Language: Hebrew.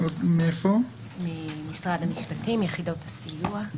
יחידות הסיוע.